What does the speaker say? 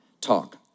talk